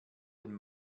den